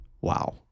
Wow